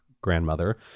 grandmother